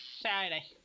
Saturday